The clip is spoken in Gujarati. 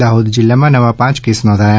દાહોદ જિલ્લામા નવા પાંચ કેસ નોધાયા